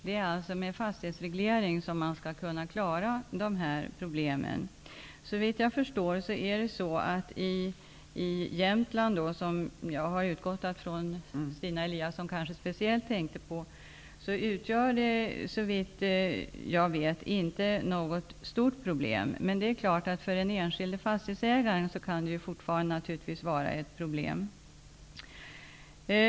Det är med en fastighetsreglering som de här problemen skall kunna klaras. Såvitt jag förstår är detta i Jämtland, som jag har utgått från att Stina Eliasson speciellt har tänkt på, inte något stort problem. Men det är klart att det fortfarande för den enskilde fastighetsägaren kan vara ett problem.